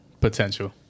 potential